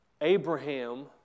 Abraham